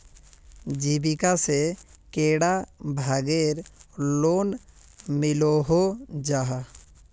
जीविका से कैडा भागेर लोन मिलोहो जाहा?